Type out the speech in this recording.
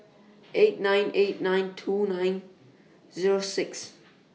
eight nine eight nine two nine Zero six